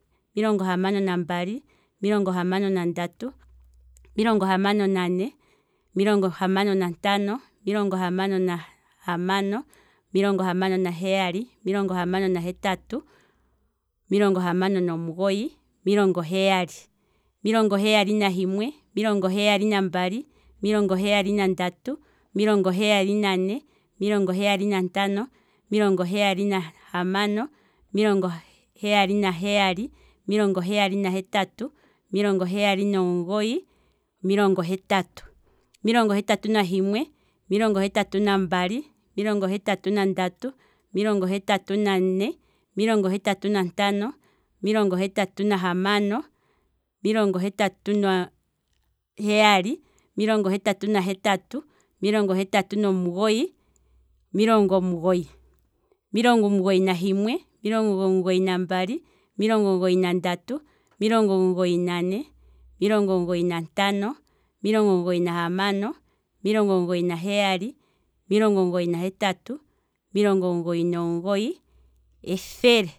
Omilongo hamano nambali, omilongo hamano nandatu, omilongo hamano nane, omilongo hamano nantano, omilongo hamano nahamano, omilongo hamano naheyali, omilongo hamano nahetatu, omilongo hamano nomugoyi, omilongo heyali, omilongo heyali nahimwe, omilongo heyali nambali, omilongo heyali nandatu, omilongo heyali nane, omilongo heyali nantano, omilongo heyali nahamano, omilongo heyali naheyali, omilongo heyali nahetatu, omilongo heyali nomugoyi, omilongo hetatu, omilongo hetatu nahimwe, omilongo hetatu nambali, omilongo hetatu nandatu, omilongo hetatu nane, omilongo hetatu nantano, omilongo hetatu nahamano, omilongo hetatu naheyali, omilongo hetatu nahetatu, omilongo hetatu nomugoyi, omilongo omugoyi, omilongo omugoyi nahimwe, omilongo omugoyi nambali, omilongo omugoyi nandatu, omilongo omugoyi nane, omilongo omugoyi nantano, omilongo omugoyi nahamano, omilongo omugoyi naheyali, omilongo omugoyi nahetatu, omilongo omugoyi nomugoyi, etehele